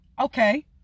Okay